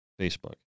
Facebook